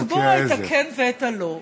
לקבוע את הכן ואת הלא.